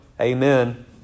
Amen